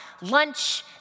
lunch